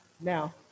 Now